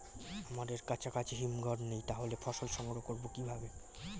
আমাদের কাছাকাছি হিমঘর নেই তাহলে ফসল সংগ্রহ করবো কিভাবে?